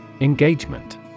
Engagement